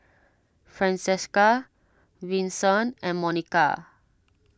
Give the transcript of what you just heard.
Francesca Vincent and Monika